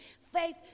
faith